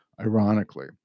ironically